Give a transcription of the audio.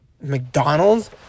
McDonald's